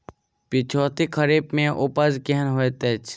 पिछैती खरीफ मे उपज केहन होइत अछि?